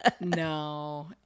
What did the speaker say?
No